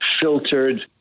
filtered